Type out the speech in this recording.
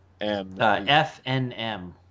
FNM